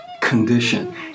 condition